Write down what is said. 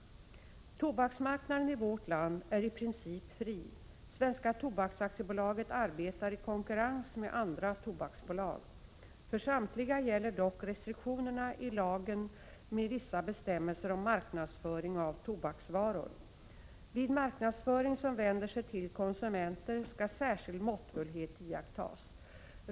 Tobaksmarknaden i vårt land är i princip fri. Svenska Tobaks AB arbetar i konkurrens med andra tobaksbolag. För samtliga gäller dock restriktionerna i lagen med vissa bestämmelser om marknadsföring av tobaksvaror. Vid marknadsföring som vänder sig till konsumenter skall särskild måttfullhet iakttas.